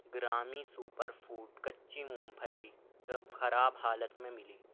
گرامی super food کچی مونگ پھلی خراب حالت میں ملی